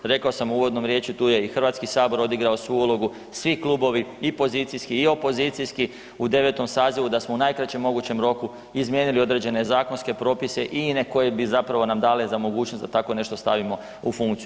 Rekao sam u uvodnoj riječi tu je i Hrvatski sabor odigrao svoju ulogu, svi klubovi i pozicijski i opozicijski u 9. sazivu da smo u najkraćem mogućem roku izmijenili određene zakonske propise i ine koje bi nam dale za mogućnost da tako nešto stavimo u funkciju.